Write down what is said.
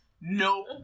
Nope